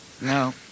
no